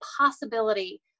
possibility